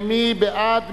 מי בעד?